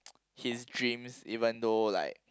his dreams even though like